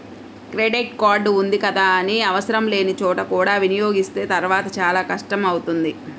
credit card ఉంది కదా అని ఆవసరం లేని చోట కూడా వినియోగిస్తే తర్వాత చాలా కష్టం అవుతుంది